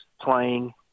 playing